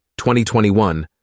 2021